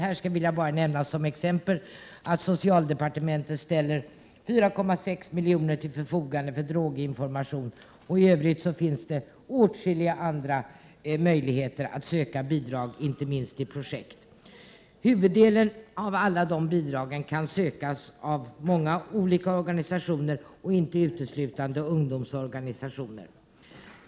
Här vill jag som exempel nämna att socialdepartementet ställer 4,6 milj.kr. till förfogande för droginformation, och det finns i övrigt åtskilliga andra möjligheter att söka bidrag, inte minst till projekt. Huvuddelen av dessa bidrag kan sökas av många olika organisationer och inte uteslutande ungdomsorganisationer.